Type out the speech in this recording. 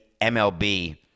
mlb